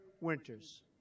Winters